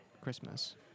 Christmas